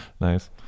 Nice